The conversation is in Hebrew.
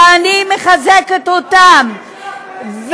ואני מחזקת אותם.